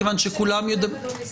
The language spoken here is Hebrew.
מכיוון שכולם ידברו.